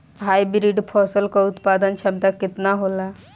Hybrid फसल क उत्पादन क्षमता केतना होला?